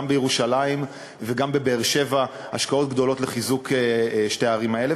גם בירושלים וגם בבאר-שבע השקעות גדולות לחיזוק שתי הערים האלה.